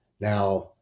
now